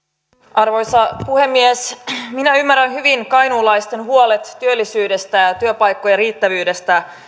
arvoisa puhemies minä ymmärrän hyvin kainuulaisten huolet työllisyydestä ja ja työpaikkojen riittävyydestä